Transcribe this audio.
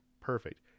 Perfect